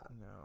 No